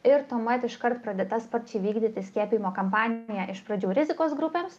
ir tuomet iškart pradėta sparčiai vykdyti skiepijimo kampanija iš pradžių rizikos grupėms